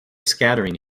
scattering